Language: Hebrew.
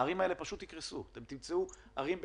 הערים האלה פשוט יקרסו ואתם תמצאו ערים בקריסה.